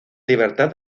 libertad